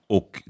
Och